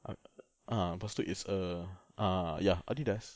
ah ah lepas itu is a ah ya Adidas